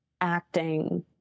acting